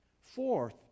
Fourth